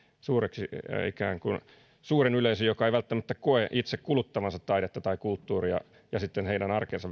suureksi ikään kuin suurelle yleisölle joka ei välttämättä koe itse kuluttavansa taidetta tai kulttuuria tuodaan sitä taidetta heidän arkeensa